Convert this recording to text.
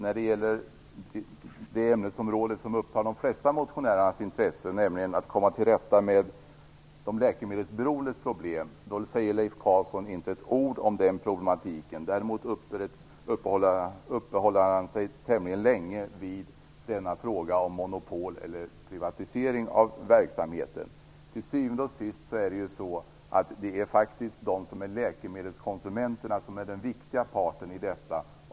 Fru talman! När det gäller det ämnesområde som upptar de flesta motionärers intresse, nämligen att komma till rätta med de läkemedelsberoendes problem, noterar jag att Leif Carlson inte säger ett ord om den problematiken. Däremot uppehåller han sig tämligen länge vid frågan om monopol eller privatisering av verksamheten. Till syvende och sist är det läkemedelskonsumenterna som är den viktiga parten i detta.